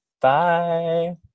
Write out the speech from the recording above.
Bye